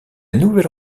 nouvelle